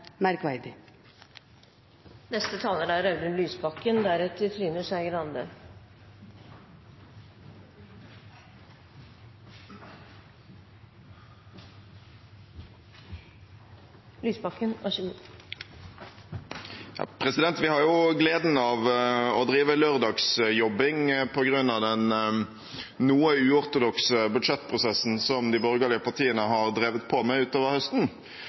Vi har gleden av å drive med lørdagsjobbing på grunn av den noe uortodokse budsjettprosessen som de borgerlige partiene har drevet på med utover høsten.